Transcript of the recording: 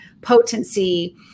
potency